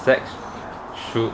sex should